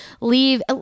leave